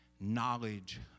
knowledge